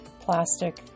plastic